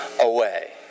away